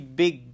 big